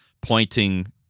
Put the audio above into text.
pointing